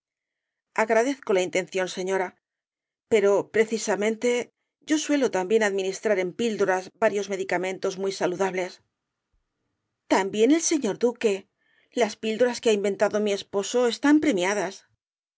agradezco la intención señora pero precisamente yo suelo también administrar en pildoras varios medicamentos muy saludables también el señor duque las pildoras que ha inventado mi esposo están premiadas